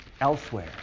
elsewhere